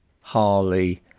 harley